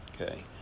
Okay